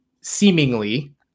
seemingly